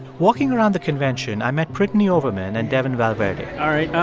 walking around the convention, i met brittany overman and devon valverde all right.